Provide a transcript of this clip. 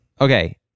Okay